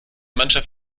mannschaft